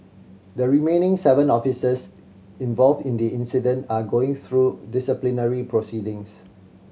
the remaining seven officers involved in the incident are going through disciplinary proceedings